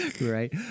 Right